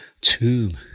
tomb